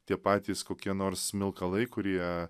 tie patys kokie nors smilkalai kurie